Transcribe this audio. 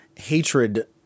Hatred